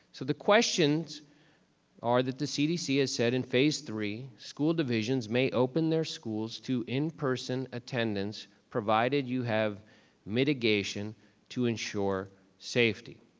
so the questions are that the cdc has said in phase three, school divisions may open their schools to in-person attendance provided you have mitigation mitigation to ensure safety.